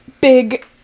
big